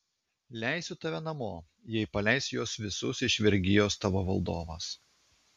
leisiu tave namo jei paleis juos visus iš vergijos tavo valdovas